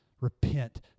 Repent